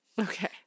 Okay